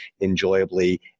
enjoyably